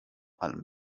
allem